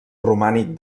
romànic